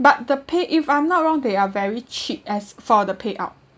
but the pay if I'm not wrong they are very cheap as for the payout